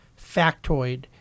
factoid